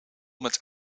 met